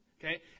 okay